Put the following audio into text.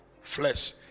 Flesh